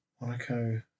Monaco